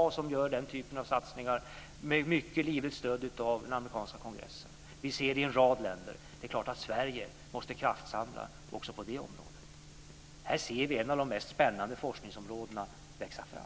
Där gör man också den typen av satsningar med mycket livligt stöd av den amerikanska kongressen. Vi ser det i en rad andra länder. Det är klart att Sverige måste kraftsamla också på det området. Här ser vi ett av de mest spännande forskningsområdena växa fram.